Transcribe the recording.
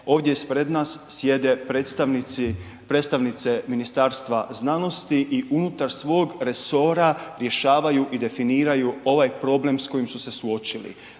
ovdje ispred nas sjede predstavnici, predstavnice Ministarstva znanosti i unutar svog resora rješavaju i definiraju ovaj problem s kojim su se suočili.